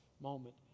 moment